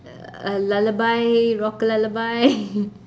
uh lullaby rock a lullaby